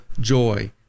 joy